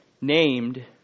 named